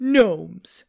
Gnomes